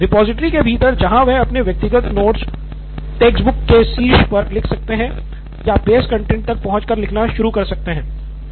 सिद्धार्थ मटूरी रिपॉजिटरी के भीतर जहां वह अपने व्यक्तिगत नोट टेक्स्ट बुक्स के शीर्ष पर लिख सकते है या बेस कंटैंट तक पहुंच कर लिखना शुरू कर सकते है